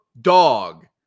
dog